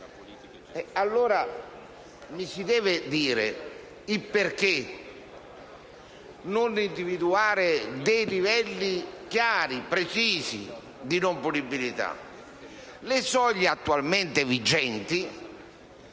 Mi si deve dunque spiegare perché non individuare dei livelli chiari e precisi di non punibilità. Le soglie attualmente vigenti